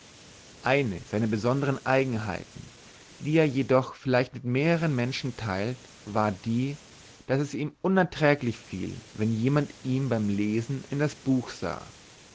eine seiner besondern eigenheiten die er jedoch vielleicht mit mehrern menschen teilt war die daß es ihm unerträglich fiel wenn jemand ihm beim lesen in das buch sah